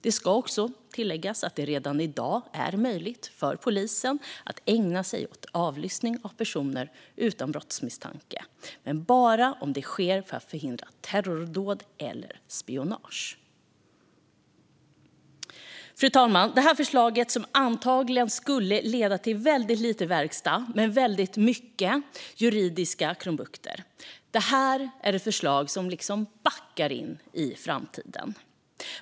Det ska också tilläggas att det redan i dag är möjligt för polisen att ägna sig åt avlyssning av personer utan brottsmisstanke, men bara om det sker för att förhindra terrordåd eller spionage. Fru talman! Det här är ett förslag som antagligen skulle leda till väldigt lite verkstad men väldigt mycket juridiska krumbukter. Det här är ett förslag som liksom backar in i framtiden.